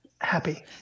happy